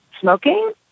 smoking